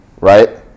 right